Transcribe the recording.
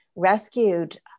rescued